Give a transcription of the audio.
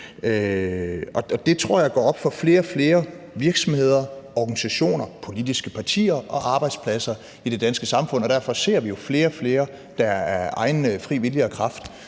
jeg går op for flere og flere virksomheder, organisationer, politiske partier og arbejdspladser i det danske samfund, og derfor ser vi jo flere og flere, der af egen fri vilje og kraft